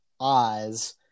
eyes